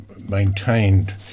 maintained